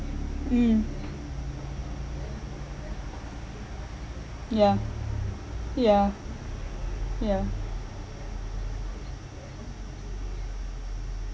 mm yeah yeah yeah